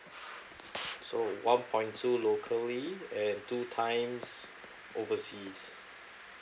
so one point two locally and two times overseas